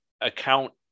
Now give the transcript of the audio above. account